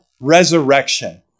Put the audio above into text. resurrection